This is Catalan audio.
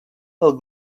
del